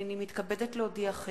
הנני מתכבדת להודיעכם,